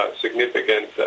significant